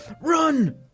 Run